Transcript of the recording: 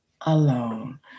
alone